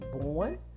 born